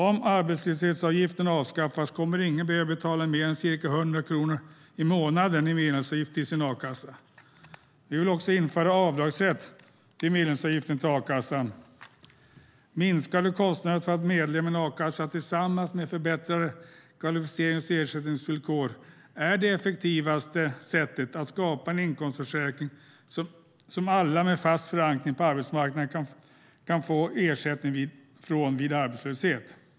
Om arbetslöshetsavgiften avskaffas kommer ingen att behöva betala mer än ca 100 kronor i månaden i medlemsavgift till sin a-kassa. Vi vill också införa avdragsrätt för medlemsavgiften till a-kassan. Minskade kostnader för att vara medlem i en a-kassa tillsammans med förbättrade kvalificerings och ersättningsvillkor är det effektivaste sättet att skapa en inkomstförsäkring som alla med fast förankring på arbetsmarknaden kan få ersättning från vid arbetslöshet.